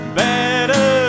better